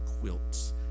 quilts